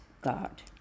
God